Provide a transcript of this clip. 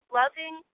loving